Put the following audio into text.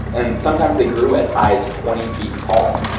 and sometimes they grew as high as twenty feet tall.